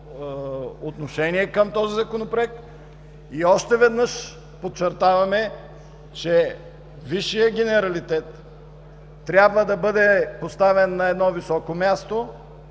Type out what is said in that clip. отношение към този Законопроект. И още веднъж подчертаваме, че висшият генералитет трябва да бъде поставен на едно високо място